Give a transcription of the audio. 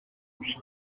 ibi